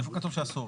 איפה כתוב שאסור?